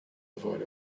avoid